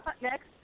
Next